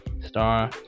star